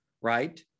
right